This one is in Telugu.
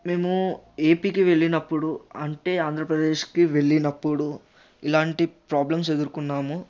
మేము ఏపికి వెళ్ళినపుడు అంటే ఆంధ్రప్రదేశ్కి వెళ్ళినపుడు ఇలాంటి ప్రాబ్లమ్స్ ఎదురుకొన్నాము